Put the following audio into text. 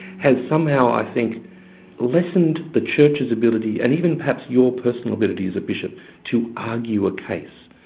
has somehow i think lessened the church's ability and even perhaps your personal ability as a bishop to argue a case.